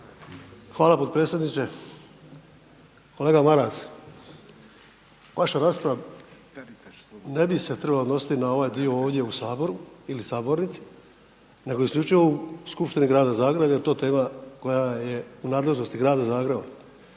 Hvala potpredsjedniče. Kolega Maras, vaša rasprava ne bise trebala odnositi na ovaj dio ovdje u Saboru ili sabornici nego isključivo u skupštini grada Zagreba jer je to tema koja je u nadležnosti grada Zagreba.